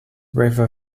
river